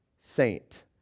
saint